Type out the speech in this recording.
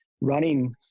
running